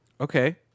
Okay